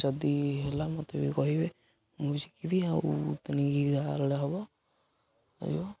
ଯଦି ହେଲା ମୋତେ ବି କହିବେ ମୁଁ ବି ଶିଖିବି ଆଉ ତେଣିକି ଯାହା ହେଲେ ହବ ଆଇବ